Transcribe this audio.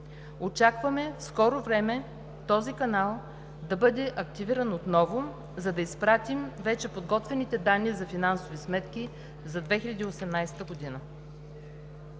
Очакваме в скоро време този канал да бъде активиран отново, за да изпратим вече подготвените данни за финансови сметки за 2018 г.